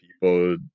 people